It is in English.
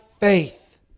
faith